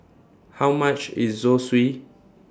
How much IS Zosui